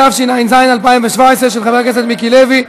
התשע"ז 2017, של חבר הכנסת מיקי לוי.